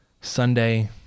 Sunday